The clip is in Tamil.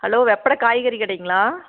ஹலோ வெப்பட காய்கறி கடைங்களா